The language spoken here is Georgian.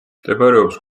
მდებარეობს